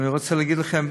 אבל אני רוצה להגיד לכם,